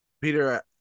Peter